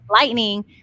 lightning